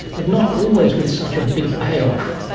but not always with such a big pay off.